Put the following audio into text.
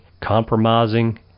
compromising